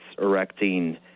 erecting